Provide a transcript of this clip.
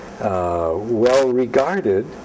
well-regarded